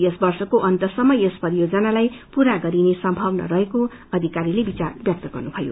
यश्स वर्षको अन्तसम्म यस परियोजनालाई पूरा गरिने सम्भावना रहेको अधिकरीले विचार व्यक्त गर्नुभयो